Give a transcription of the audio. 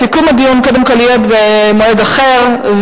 סיכום הדיון יהיה במועד אחר,